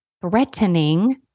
threatening